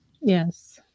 yes